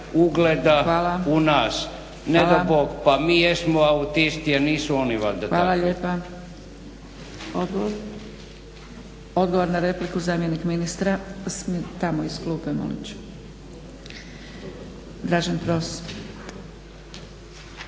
ugleda u nas, ne do Bog. Pa mi jesmo autisti, a nisu oni valjda takvi. **Zgrebec, Dragica (SDP)** Odgovor na repliku zamjenik ministra, tamo iz klupe molit ću. Dražen Pros.